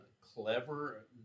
clever